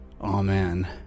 Amen